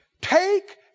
Take